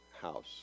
house